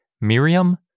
Miriam